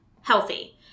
healthy